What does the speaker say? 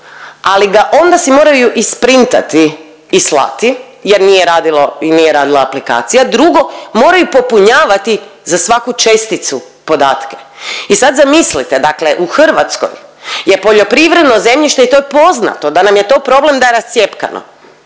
ali ga onda si moraju isprintati i slati jer nije radila aplikacija. Drugo, moraju popunjavati za svaku česticu podatke. I sad zamislite, dakle u Hrvatskoj je poljoprivredno zemljište i to je poznato da nam je to problem da je rascjepkano